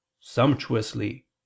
sumptuously